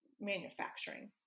manufacturing